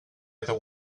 other